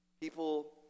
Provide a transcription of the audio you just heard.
People